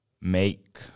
make